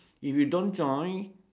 if you don't join